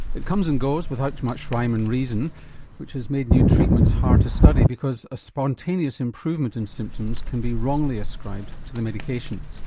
it comes and goes without much rhyme and reason which has made new treatments hard to study because a spontaneous improvement in symptoms can be wrongly ascribed to the medication.